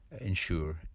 ensure